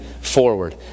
forward